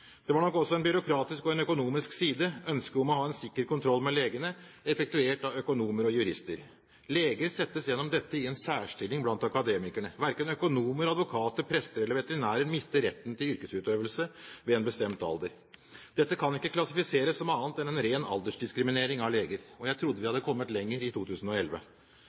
Det var nok også en byråkratisk og en økonomisk side – ønsket om å ha en sikker kontroll med legene, effektuert av økonomer og jurister. Leger settes gjennom dette i en særstilling blant akademikerne. Verken økonomer, advokater, prester eller veterinærer mister retten til yrkesutøvelse ved en bestemt alder. Dette kan ikke klassifiseres som annet enn en ren aldersdiskriminering av leger. Jeg trodde vi hadde kommet lenger i 2011.